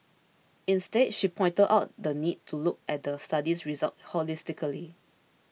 instead she pointed out the need to look at the study's results holistically